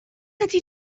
ydy